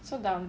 so dumb